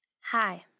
Hi